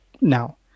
now